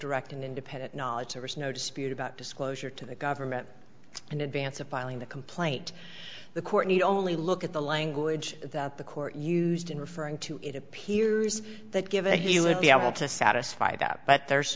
direct and independent knowledge there was no dispute about disclosure to the government in advance of filing the complaint the court need only look at the language that the court used in referring to it appears that give a he would be able to satisfy that but there's